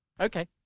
Okay